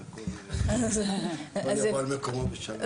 אז הכול יבוא על מקומו בשלום.